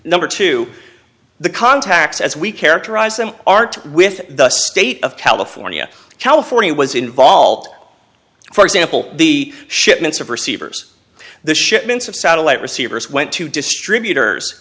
number two the contacts as we characterize them are to with the state of california california was involved for example the shipments of receivers the shipments of satellite receivers went to distributors